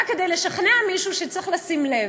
רק כדי לשכנע מישהו שצריך לשים לב.